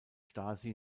stasi